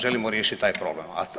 Želimo riješiti taj problem.